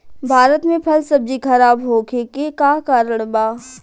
भारत में फल सब्जी खराब होखे के का कारण बा?